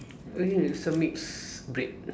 it's a mix breed